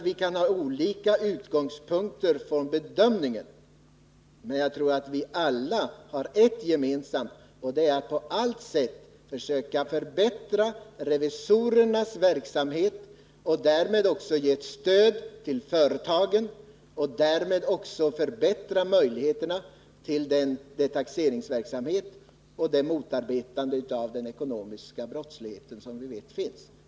Vi kan ha olika utgångspunkter vid bedömningen, men jag tror att vi alla har ett gemensamt, och det är att vi på allt sätt vill försöka förbättra revisorernas verksamhet och därmed också ge ett stöd till företagen. Därmed förbättras också möjligheterna för taxeringsmyndigheterna att motarbeta den ekonomiska brottslighet som vi vet finns.